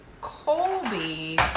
Colby